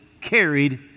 carried